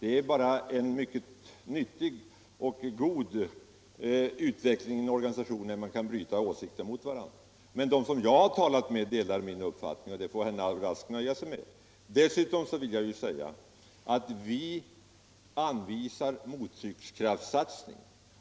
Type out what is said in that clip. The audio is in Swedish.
Det är bara en mycket nyttig och god utveckling i en organisation när man kan låta åsikterna brytas mot varandra. De som jag har talat med delar min uppfattning, och det får herr Rask nöja sig med. Dessutom vill jag framhålla att vi anvisar mottryckskraftssatsning.